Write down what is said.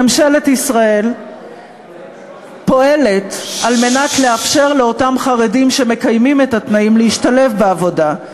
ממשלת ישראל פועלת לאפשר לאותם חרדים שמקיימים את התנאים להשתלב בעבודה.